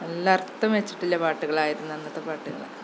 നല്ല അര്ത്ഥം വെച്ചിട്ടുള്ള പാട്ടുകളായിരുന്നു അന്നത്തെ പാട്ടുകളൊക്കെ